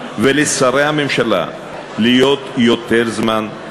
ולשרי הממשלה להיות יותר זמן,